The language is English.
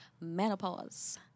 menopause